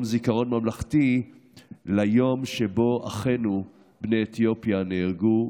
זיכרון ממלכתי ליום שבו אחינו בני אתיופיה נהרגו.